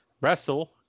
wrestle